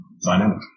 dynamic